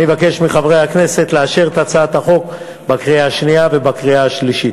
אני מבקש מחברי הכנסת לאשר את הצעת החוק בקריאה שנייה ובקריאה שלישית.